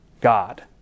God